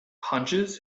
hunches